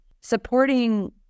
supporting